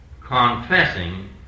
confessing